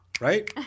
Right